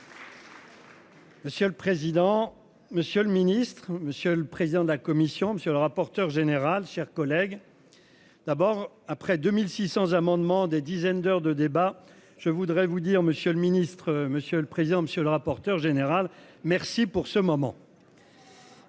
Monsieur le président, Monsieur le Ministre, monsieur le président de la commission. Monsieur le rapporteur général, chers collègues. D'abord après 2600 amendements des dizaines d'heures de débat. Je voudrais vous dire monsieur le ministre, monsieur le président, monsieur le rapporteur général. Merci pour ce moment.